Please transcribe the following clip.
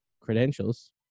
credentials